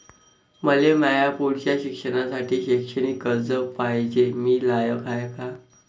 मले माया पुढच्या शिक्षणासाठी शैक्षणिक कर्ज पायजे, मी लायक हाय का?